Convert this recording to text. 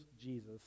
Jesus